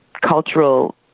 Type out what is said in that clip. cultural